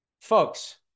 Folks